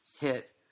hit